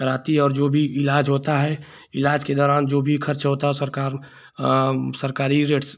कराती और जो भी इलाज़ होता है इलाज़ के दौरान जो भी खर्च होता है वह सरकार सरकारी रेट